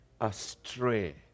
astray